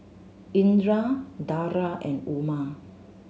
Indra Dara and Umar